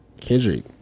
Kendrick